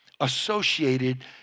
associated